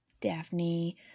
Daphne